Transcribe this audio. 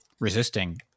resisting